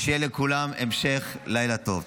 שיהיה לכולם המשך לילה טוב.